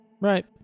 Right